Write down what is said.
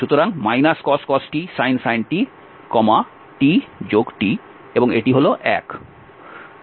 সুতরাং cos t sin t t t এবং এটি হল 1